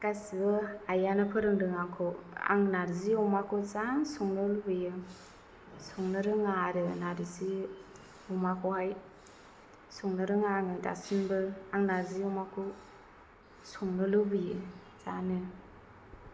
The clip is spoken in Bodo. गासैबो आइयानो फोरोंदों आंखौ आं नारजि अमाखौ जा संनो लुबैयो संनो रोङा आरो नारजि अमाखौहाय संनो रोङा आङो दासिमबो आं नारजि अमाखौ संनो लुबैयो जानो